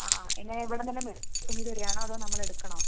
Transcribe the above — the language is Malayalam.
അ ആ എങ്ങനെയാണ് ഇവടെനിന്നുതന്നെ തുണി തരികയാണോ അതോ നമ്മളെടുക്കണോ